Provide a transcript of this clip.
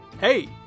Hey